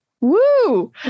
Woo